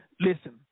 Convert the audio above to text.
Listen